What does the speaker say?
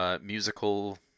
musical